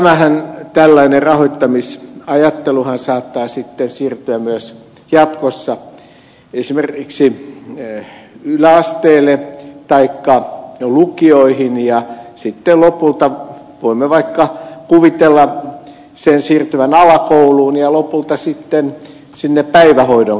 tämä tällainen rahoittamisajatteluhan saattaa sitten siirtyä myös jatkossa esimerkiksi yläasteelle taikka lukioihin ja sitten lopulta voimme vaikka kuvitella sen siirtyvän alakouluun ja lopulta sitten päivähoidonkin puolelle